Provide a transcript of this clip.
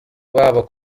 babo